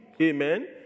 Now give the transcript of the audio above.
Amen